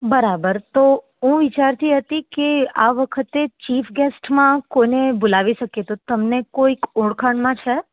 બરાબર તો હું વિચારતી હતી કે આ વખતે ચીફ ગેસ્ટમાં કોને બોલાવી શકીએ તો તમને કોઈ ઓળખાણમાં છે